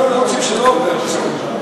לא וגמרנו.